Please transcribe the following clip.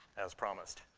as promised.